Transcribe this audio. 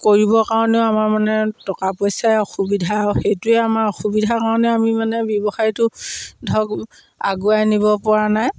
কৰিবৰ কাৰণেও আমাৰ মানে টকা পইচাই অসুবিধা আৰু সেইটোৱে আমাৰ অসুবিধাৰ কাৰণে আমি মানে ব্যৱসায়টো ধৰক আগুৱাই নিব পৰা নাই